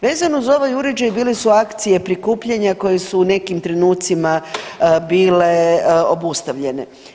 Vezano za ovaj uređaj bile su akcije prikupljanja koje su u nekim trenucima bile obustavljene.